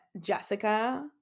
Jessica